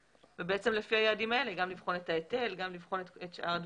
ולפי היעדים האלה לבחון את ההיטל ואת שאר הדברים.